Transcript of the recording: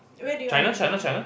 where do you wanna go